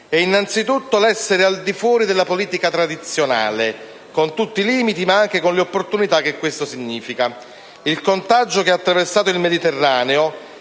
è anzitutto l'essere al di fuori della politica tradizionale, con tutti i limiti ma anche con le opportunità che questo significa. Il contagio che ha attraversato il Mediterraneo,